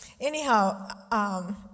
Anyhow